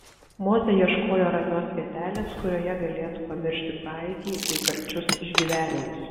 mozė ieškojo ramios vietelės kurioje galėtų pamiršti praeitį bei karčius išgyvenimus